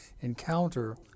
encounter